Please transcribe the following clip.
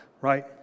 right